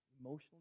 emotionally